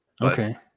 Okay